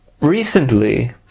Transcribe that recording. Recently